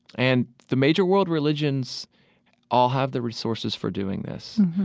and the major world religions all have the resources for doing this,